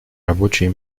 рабочие